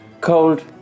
cold